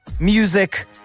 music